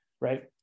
right